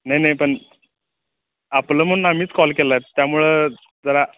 नाही नाही पण आपलं म्हणून आम्हीच कॉल केला आहे त्यामुळं जरा